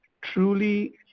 truly